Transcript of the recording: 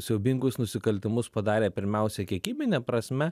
siaubingus nusikaltimus padarė pirmiausia kiekybine prasme